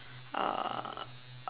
uh